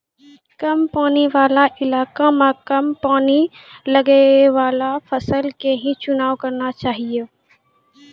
कम पानी वाला इलाका मॅ कम पानी लगैवाला फसल के हीं चुनाव करना चाहियो